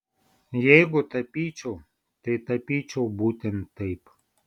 jeigu tapyčiau tai tapyčiau būtent taip